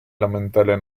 lamentele